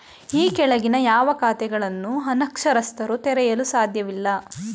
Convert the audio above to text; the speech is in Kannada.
ಈ ಕೆಳಗಿನ ಯಾವ ಖಾತೆಗಳನ್ನು ಅನಕ್ಷರಸ್ಥರು ತೆರೆಯಲು ಸಾಧ್ಯವಿಲ್ಲ?